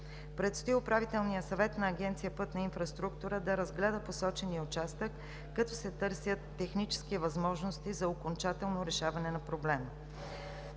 Предстои Управителният съвет на Агенция „Пътна инфраструктура“ да разгледа посочения участък, като се търсят технически възможности за окончателно решаване на проблема.